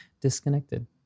Disconnected